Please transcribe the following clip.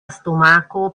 stomako